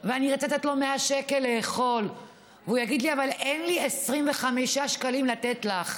ואני אתן לו 100 שקל לאכול והוא יגיד לי: אבל אין לי 25 שקלים לתת לך,